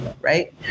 Right